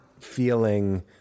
feeling